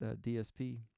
dsp